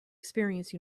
experience